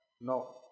No